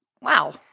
Wow